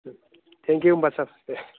thank you होमब्ला सार दे